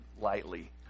lightly